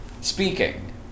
Speaking